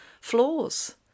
flaws